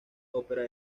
opera